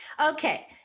Okay